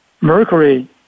mercury